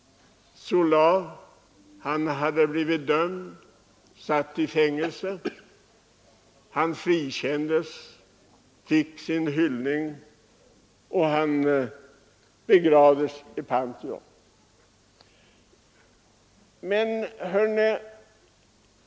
Innan dess hade emellertid även Zola hunnit bli dömd till fängelse för sina skriverier i frågan. Sedan han frikänts från anklagelserna blev han officiellt hyllad och begravdes efter sin död i Pantheon.